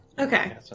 Okay